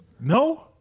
No